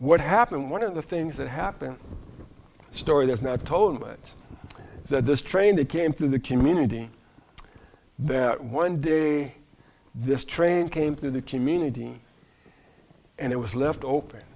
what happened one of the things that happened story that's not totally that the strain that came through the community that one day this train came through the community and it was left open